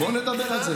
אחד,